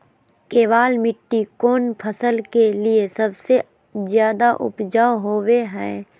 केबाल मिट्टी कौन फसल के लिए सबसे ज्यादा उपजाऊ होबो हय?